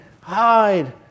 hide